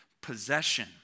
possession